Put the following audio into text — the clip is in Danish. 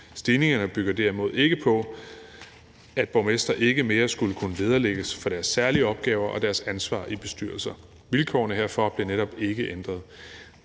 Stigningerne bygger derimod ikke på, at borgmestre ikke mere skulle kunne vederlægges for deres særlige opgaver og deres ansvar i bestyrelser. Vilkårene herfor blev netop ikke ændret.